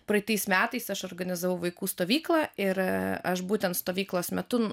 praeitais metais aš organizavau vaikų stovyklą ir aš būtent stovyklos metu